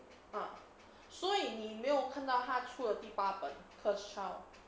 嗯所以你没有看到它出了第八本 cursed child